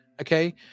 okay